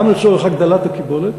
גם לצורך הגדלת הקיבולת,